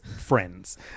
friends